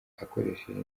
akoresheje